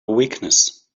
weakness